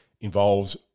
involves